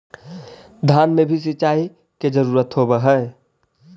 धान मे भी सिंचाई के जरूरत होब्हय?